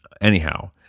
Anyhow